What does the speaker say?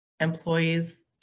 employees